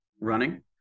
running